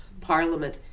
Parliament